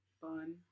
fun